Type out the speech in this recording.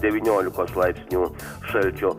devyniolikos laipsnių šalčio